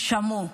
רק שמעו.